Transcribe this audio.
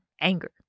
Anger